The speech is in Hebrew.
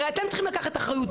הרי אתם צריכים לקחת אחריות.